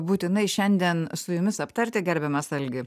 būtinai šiandien su jumis aptarti gerbiamas algi